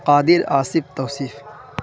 قادر Asif توصیف